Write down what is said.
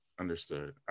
Understood